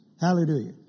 Hallelujah